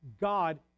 God